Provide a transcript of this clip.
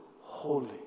holy